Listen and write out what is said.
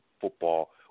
football